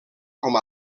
com